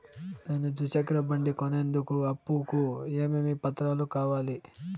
నేను ద్విచక్ర బండి కొనేందుకు అప్పు కు ఏమేమి పత్రాలు కావాలి?